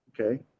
Okay